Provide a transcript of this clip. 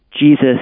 Jesus